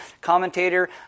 commentator